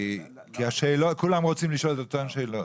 כולם רוצים לשאול את אותן שאלות.